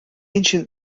ancient